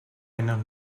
eines